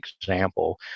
example